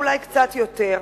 אולי קצת יותר.